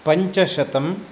पञ्चशतम्